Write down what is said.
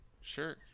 Sure